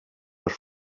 dels